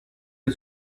you